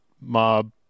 mob